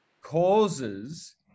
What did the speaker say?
causes